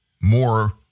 more